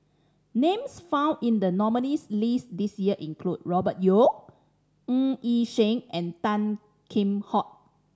names found in the nominees' list this year include Robert Yeo Ng Yi Sheng and Tan Kheam Hock